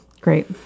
great